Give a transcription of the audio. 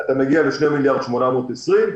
אתה מגיע ל-2.82 מיליארד,